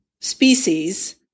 species